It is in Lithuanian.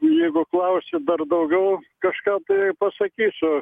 jeigu klausi dar daugiau kažką tai pasakysiu